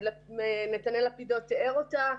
נתנאל לפידות תיאר אותה,